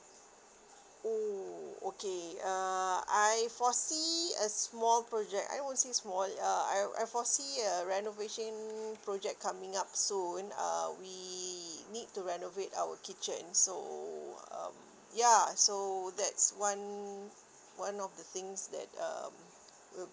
oh okay uh I foresee a small project I won't say small uh I I foresee a renovation project coming up soon err we need to renovate our kitchen so um ya so that's one one of the things that um will be